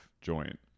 joint